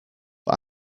but